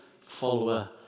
follower